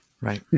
Right